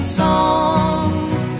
songs